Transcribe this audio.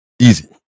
Easy